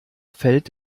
fällt